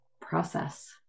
process